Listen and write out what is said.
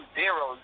zero